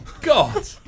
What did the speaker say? God